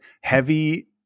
heavy